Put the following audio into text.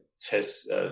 test